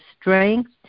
strength